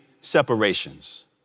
separations